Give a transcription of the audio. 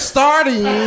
Starting